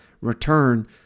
return